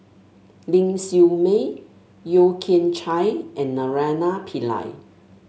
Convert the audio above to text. Ling Siew May Yeo Kian Chye and Naraina Pillai